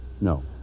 No